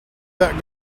that